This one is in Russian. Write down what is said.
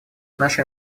наша